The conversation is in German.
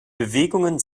bewegungen